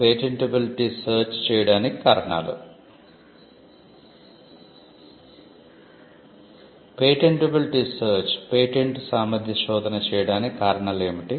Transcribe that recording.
patentability search చేయడానికి కారణాలు ఏమిటి